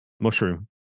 mushroom